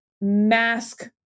mask